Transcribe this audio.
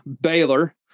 Baylor